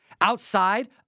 outside